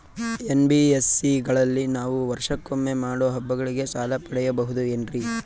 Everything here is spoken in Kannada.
ಎನ್.ಬಿ.ಎಸ್.ಸಿ ಗಳಲ್ಲಿ ನಾವು ವರ್ಷಕೊಮ್ಮೆ ಮಾಡೋ ಹಬ್ಬಗಳಿಗೆ ಸಾಲ ಪಡೆಯಬಹುದೇನ್ರಿ?